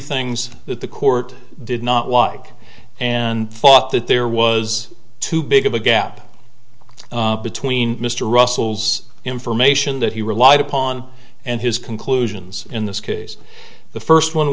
things that the court did not walk and thought that there was too big of a gap between mr russell's information that he relied upon and his conclusions in this case the first one